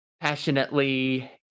passionately